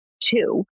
two